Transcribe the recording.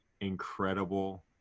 incredible